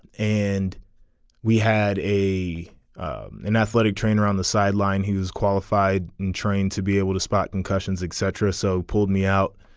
and we had a an athletic trainer on the sideline who's qualified and trained to be able to spot concussions etc. so pulled me out.